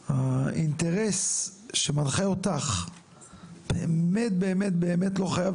האינטרס שמנחה אותך באמת באמת לא חייב